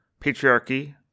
Patriarchy